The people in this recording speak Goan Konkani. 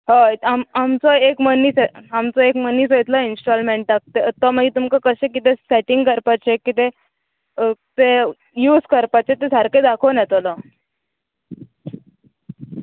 हय आम आमचो एक मनीस आमचो एक मनीस येतलो इन्स्टॉलमेंटाक तो मागीर तुमकां कशें कितें सेटींग करपाचें कितें तें यूज करपाचें तें सारकें दाखोवन येतोलो